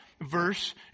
verse